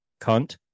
cunt